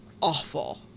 awful